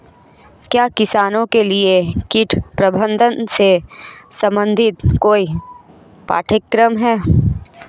क्या किसानों के लिए कीट प्रबंधन से संबंधित कोई पाठ्यक्रम है?